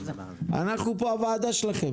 אנחנו פה הוועדה שלכם